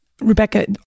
Rebecca